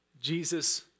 Jesus